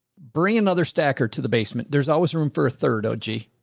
bring another stacker to the basement. there's always room for third. oh, gee.